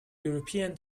european